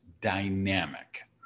dynamic